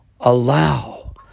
allow